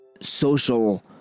social